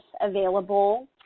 available